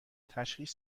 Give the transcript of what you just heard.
تشخیص